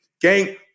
Gang